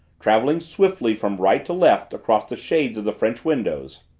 traveling swiftly from right to left across the shades of the french windows,